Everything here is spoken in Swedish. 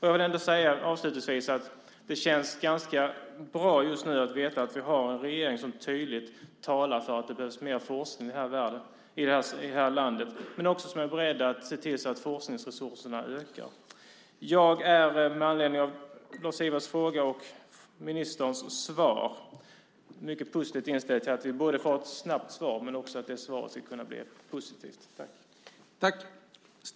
Jag vill avslutningsvis säga att det känns ganska bra just nu att veta att vi har en regering som tydligt talar för att det behövs mer forskning i det här landet och också är beredd att se till att forskningsresurserna ökar. Jag är med anledning av Lars-Ivars fråga och ministerns svar mycket positivt inställd till att vi får ett snabbt svar och också att det svaret ska kunna bli positivt.